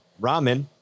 ramen